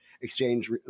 exchange